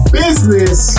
business